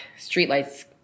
streetlights